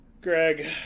Greg